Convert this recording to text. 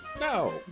No